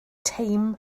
teim